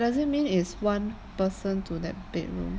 but does it mean is one person to that bedroom